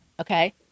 Okay